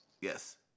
yes